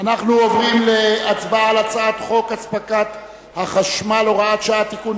אנחנו עוברים להצבעה על הצעת חוק הספקת החשמל (הוראת שעה) (תיקון,